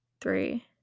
three